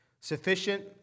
Sufficient